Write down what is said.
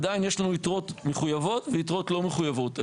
עדיין יש לנו יתרות מחויבות ויתרות לא מחויבות.